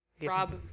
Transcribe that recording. Rob